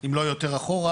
אם לא יותר אחורה,